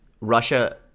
Russia